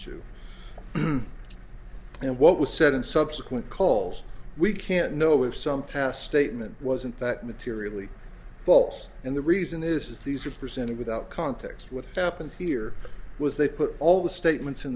to and what was said in subsequent calls we can't know if some past statement wasn't that materially false and the reason is these are presented without context what happened here was they put all the statements in